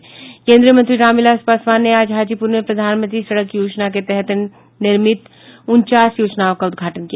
केन्द्रीय मंत्री रामविलास पासवान ने आज हाजीपूर में प्रधानमंत्री सड़क योजना के अंतर्गत निर्मित उनचास योजनाओं का उद्घाटन किया